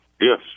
Yes